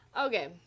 okay